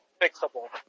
fixable